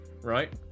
right